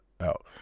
out